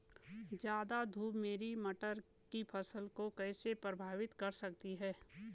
ज़्यादा धूप मेरी मटर की फसल को कैसे प्रभावित कर सकती है?